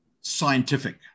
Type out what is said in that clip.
scientific